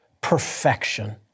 perfection